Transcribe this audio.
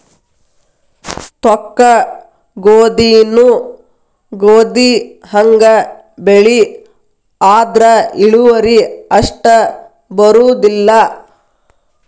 ತೊಕ್ಕಗೋಧಿನೂ ಗೋಧಿಹಂಗ ಬೆಳಿ ಆದ್ರ ಇಳುವರಿ ಅಷ್ಟ ಬರುದಿಲ್ಲಾ